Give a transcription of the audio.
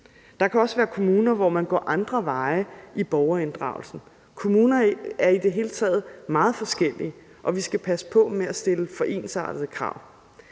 Der kan også være kommuner, der går andre veje med hensyn til borgerinddragelsen. Kommuner er i det hele taget meget forskellige, og vi skal passe på med at stille for ensartede krav.